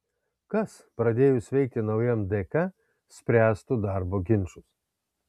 kas pradėjus veikti naujam dk spręstų darbo ginčus